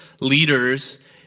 leaders